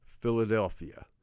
Philadelphia